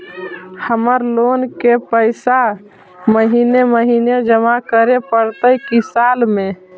हमर लोन के पैसा महिने महिने जमा करे पड़तै कि साल में?